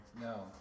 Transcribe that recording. No